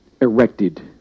erected